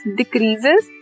decreases